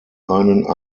einen